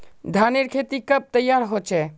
धानेर खेती कब तैयार होचे?